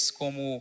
como